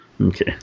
Okay